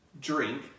drink